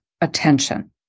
attention